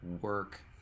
work